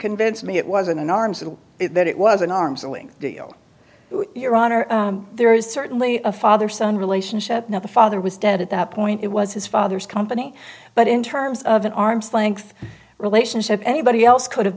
convince me it wasn't an arms and that it was an arms aling deal with iran or there is certainly a father son relationship now the father was dead at that point it was his father's company but in terms of an arm's length relationship anybody else could